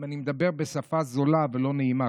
אם אני מדבר בשפה זולה ולא נעימה,